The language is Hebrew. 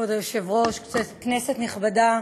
כבוד היושב-ראש, כנסת נכבדה,